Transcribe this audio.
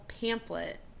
pamphlet